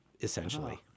essentially